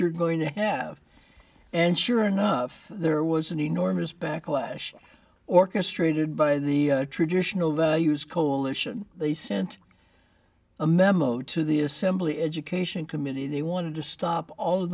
you're going to have and sure enough there was an enormous backlash orchestrated by the traditional values coalition they sent a memo to the assembly education committee they wanted to stop all of